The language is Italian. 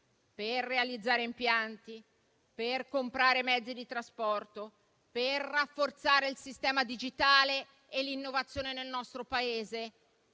per realizzare impianti, per comprare mezzi di trasporto, per rafforzare il sistema digitale e l'innovazione nel nostro Paese,